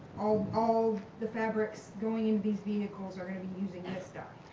all the fabrics going into these vehicles are gonna be using this guide?